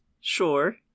Sure